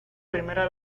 primera